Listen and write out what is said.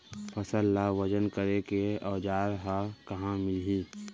फसल ला वजन करे के औज़ार हा कहाँ मिलही?